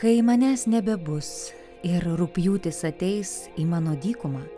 kai manęs nebebus ir rugpjūtis ateis į mano dykumą